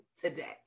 today